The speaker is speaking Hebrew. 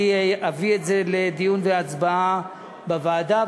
אני אביא את זה לדיון והצבעה בוועדה,